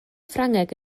ffrangeg